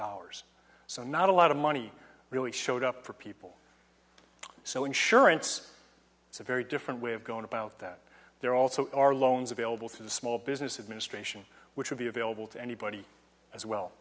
dollars so not a lot of money really showed up for people so insurance is a very different way of going about that there also are loans available to the small business administration which would be available to anybody as well